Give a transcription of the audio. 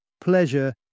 Pleasure